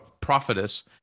prophetess